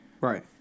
Right